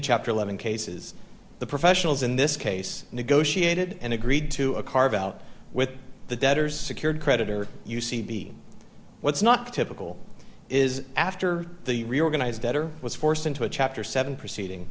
chapter eleven cases the professionals in this case negotiated and agreed to a carve out with the debtors secured creditor u c b what's not typical is after the reorganized debtor was forced into a chapter seven proceeding